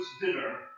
dinner